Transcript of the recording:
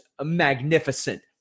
magnificent